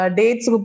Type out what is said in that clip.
dates